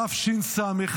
תשס"א,